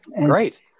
great